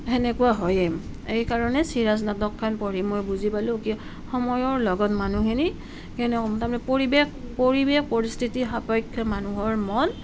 সেনেকুৱা হয়েই এই কাৰণে চিৰাজ নাটকখন পঢ়ি মই বুজি পালোঁ কিয় সময়ৰ লগত মানুহখিনি তাৰমানে পৰিৱেশ পৰিৱেশ পৰিস্থিতি সাপেক্ষে মানুহৰ মন